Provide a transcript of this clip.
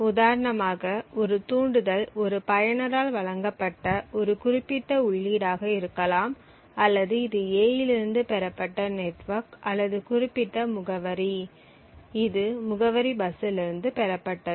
உதாரணமாக ஒரு தூண்டுதல் ஒரு பயனரால் வழங்கப்பட்ட ஒரு குறிப்பிட்ட உள்ளீடாக இருக்கலாம் அல்லது இது a இலிருந்து பெறப்பட்ட நெட்வொர்க் அல்லது குறிப்பிட்ட முகவரி இது முகவரி பஸ்ஸில் இருந்து பெறப்பட்டது